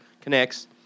connects